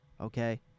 okay